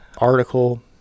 article